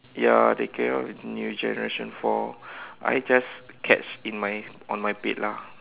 ya they came up with new generation four I just catch in my on my bed lah